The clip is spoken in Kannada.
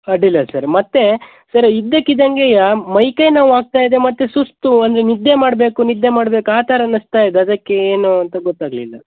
ಅಡ್ಡಿಲ್ಲ ಸರ್ ಮತ್ತೆ ಸರ್ ಇದ್ದಕ್ಕಿದ್ದಂಗೇ ಮೈ ಕೈ ನೋವು ಆಗ್ತಾ ಇದೆ ಮತ್ತು ಸುಸ್ತು ಒಂದು ನಿದ್ದೆ ಮಾಡಬೇಕು ನಿದ್ದೆ ಮಾಡ್ಬೇಕು ಆ ಥರ ಅನ್ನಿಸ್ತಾ ಇದೆ ಅದಕ್ಕೆ ಏನು ಅಂತ ಗೊತ್ತಾಗಲಿಲ್ಲ